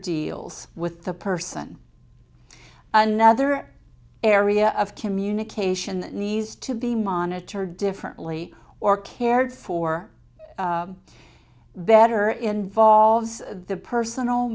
deals with the person another area of communication needs to be monitored differently or cared for better involves the personal